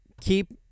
keep